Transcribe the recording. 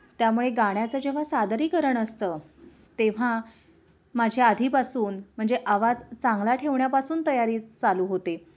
त्यामुळे गाण्याचं जेव्हा सादरीकरण असतं तेव्हा माझ्या आधीपासून म्हणजे आवाज चांगला ठेवण्यापासून तयारी चालू होते